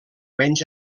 menys